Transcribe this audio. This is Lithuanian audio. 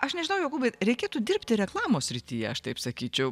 aš nežinau jokūbai reikėtų dirbti reklamos srityje aš taip sakyčiau